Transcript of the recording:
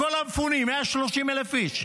בכל המפונים, 130,000 איש.